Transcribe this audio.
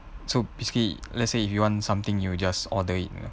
so basically let's say if you want something you just order it you know